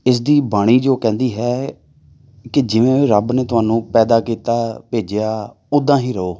ਇਸ ਦੀ ਬਾਣੀ ਜੋ ਕਹਿੰਦੀ ਹੈ ਕਿ ਜਿਵੇਂ ਰੱਬ ਨੇ ਤੁਹਾਨੂੰ ਪੈਦਾ ਕੀਤਾ ਭੇਜਿਆ ਉੱਦਾਂ ਹੀ ਰਹੋ